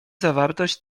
zawartość